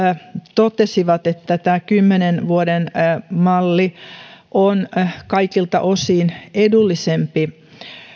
totesivat että tämä kymmenen vuoden malli on kaikilta osin edullisempi